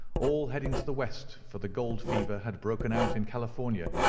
all heading to the west, for the gold fever had broken out in california,